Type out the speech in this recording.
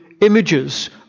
images